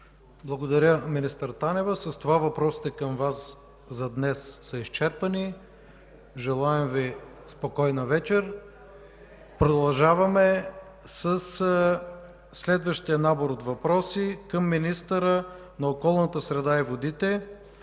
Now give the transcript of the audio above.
Благодаря, Министър Танева – с това въпросите към Вас са изчерпани. Желаем Ви спокойна вечер! Продължаваме със следващия набор от въпроси към министъра на околната среда и водите